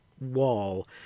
wall